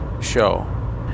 show